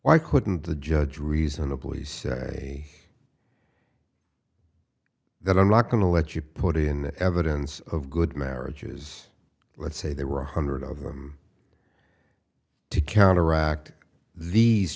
why couldn't the judge reasonably say that i'm not going to let you put in the evidence of good marriages let's say there were one hundred of them to counteract these